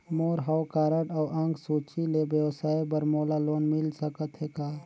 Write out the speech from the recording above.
मोर हव कारड अउ अंक सूची ले व्यवसाय बर मोला लोन मिल सकत हे का?